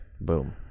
Boom